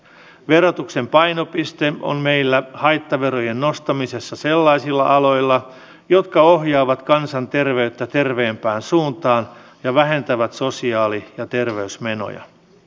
verotuksen painopiste on meillä haittaverojen nostamisessa sellaisilla aloilla jotka ohjaavat kansanterveyttä terveempään suuntaan ja vähentävät sosiaali ja terveysmenoja